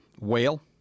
whale